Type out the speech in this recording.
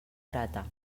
grata